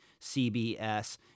CBS